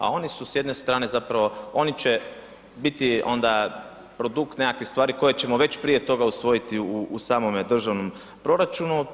A oni su s jedne strane, zapravo oni će biti onda produkt nekakvih stvari koji ćemo već prije toga usvojiti u samom državnom proračunu.